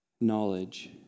knowledge